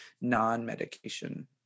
non-medication